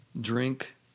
drink